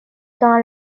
dans